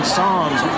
songs